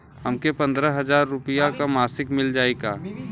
हमके पन्द्रह हजार रूपया क मासिक मिल जाई का?